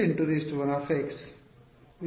2 1 x ಕ್ಷಮಿಸಿ